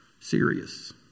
Serious